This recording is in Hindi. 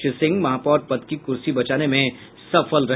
श्री सिंह महापौर पद की कुर्सी बचाने में सफल रहे